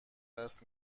دست